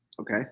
Okay